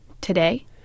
today